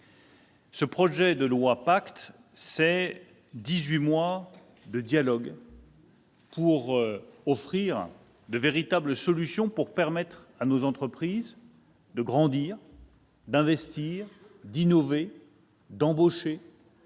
Ce projet de loi PACTE, c'est dix-huit mois de dialogue pour offrir de véritables solutions, permettant à nos entreprises de grandir, d'investir, d'innover, d'embaucher